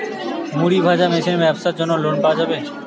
মুড়ি ভাজা মেশিনের ব্যাবসার জন্য লোন পাওয়া যাবে?